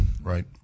Right